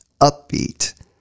upbeat